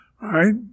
right